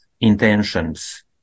intentions